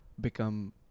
become